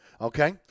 Okay